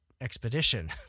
Expedition